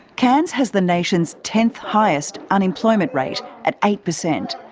cairns has the nation's tenth highest unemployment rate at eight percent.